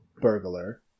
burglar